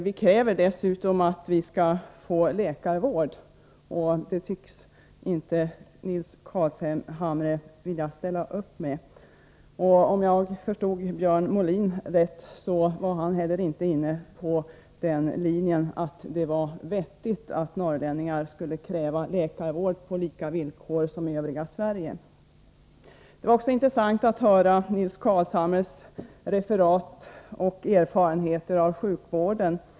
Vi kräver dessutom att vi skall få läkarvård. Det tycks inte Nils Carlshamre ställa upp för. Om jag förstod Björn Molin rätt var inte heller han inne på den linjen att det var vettigt att norrlänningarna skulle kräva läkarvård på lika villkor som för övriga Sverige. Det var också intressant att höra Nils Carlshamres referat av erfarenheterna inom sjukvården.